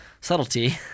subtlety